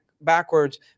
backwards